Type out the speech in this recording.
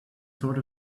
sort